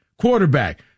quarterback